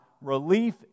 relief